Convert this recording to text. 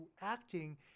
acting